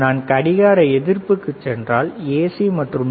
நான் கடிகார எதிர்ப்புக்குச் சென்றால் ஏசி மற்றும் டி